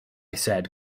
said